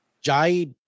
Jai